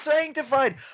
sanctified